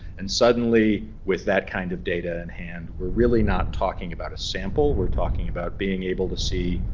and suddenly, with that kind of data in hand, we're really not talking about a sample we're talking about being able to see,